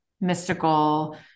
mystical